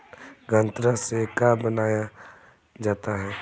गान्ना से का बनाया जाता है?